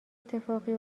اتفاقی